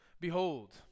Behold